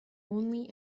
only